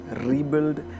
rebuild